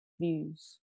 views